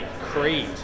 Creed